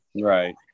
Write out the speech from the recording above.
right